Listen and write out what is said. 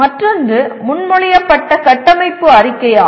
மற்றொன்று முன்மொழியப்பட்ட கட்டமைப்பு அறிக்கை ஆகும்